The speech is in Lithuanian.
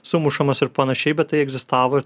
sumušamas ir panašiai bet tai egzistavo ir